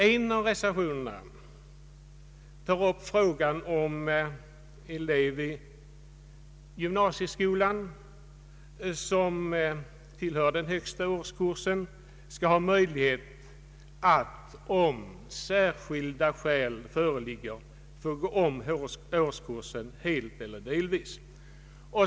En av reservationerna tar upp frågan huruvida elev i gymnasieskolan, som tillhör den högsta årskursen, skall ha möjlighet att, om särskilt skäl föreligger, gå om årskursen helt eller delvis.